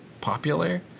popular